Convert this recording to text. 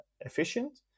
efficient